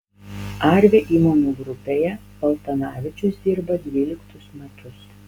arvi įmonių grupėje paltanavičius dirba dvyliktus metus